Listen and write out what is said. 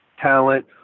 talent